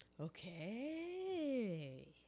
Okay